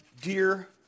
dear